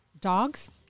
dogs